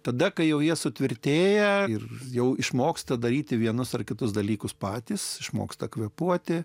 tada kai jau jie sutvirtėja ir jau išmoksta daryti vienus ar kitus dalykus patys išmoksta kvėpuoti